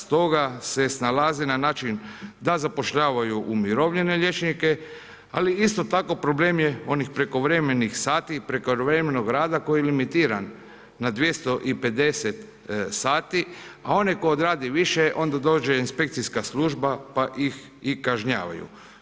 Stoga se snalaze na način da zapošljavaju umirovljene liječnike, ali isto tako problem je onih prekovremenih sati, prekovremenog rada koji je limitiran na 250 sati, a onaj tko odradi više, onda dođe inspekcijska služba pa ih i kažnjavaju.